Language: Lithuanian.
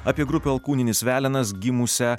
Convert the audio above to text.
apie grupę alkūninis velenas gimusią